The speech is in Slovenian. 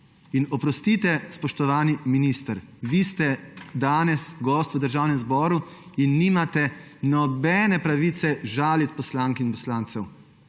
In oprostite, spoštovani minister, vi ste danes gost v Državnem zboru in nimate nobene pravice žaliti poslank in poslancev.